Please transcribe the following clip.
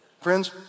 Friends